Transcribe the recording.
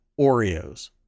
Oreos